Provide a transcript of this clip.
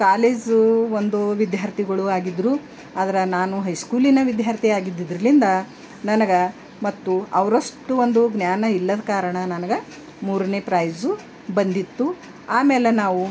college ಒಂದು ವಿದ್ಯಾರ್ಥಿಗುಳು ಆಗಿದ್ರು ಆದ್ರೆ ನಾನು ಹೈಸ್ಕೂಲಿನ ವಿದ್ಯಾರ್ಥಿ ಆಗಿದ್ರಿಲಿಂದ ನನಗೆ ಮತ್ತು ಅವರಷ್ಟು ಒಂದು ಜ್ಞಾನ ಇಲ್ಲದ ಕಾರಣ ನನಗ ಮೂರನೇ ಪ್ರೈಝು ಬಂದಿತ್ತು ಆಮೇಲೆ ನಾವು